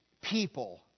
people